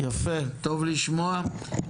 יפה, טוב לשמוע.